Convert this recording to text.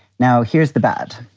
now, here's the bad.